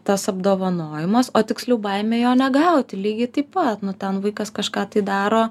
tas apdovanojimas o tiksliau baimė jo negauti lygiai taip pat nu ten vaikas kažką tai daro